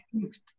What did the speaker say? Gift